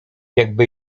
jakby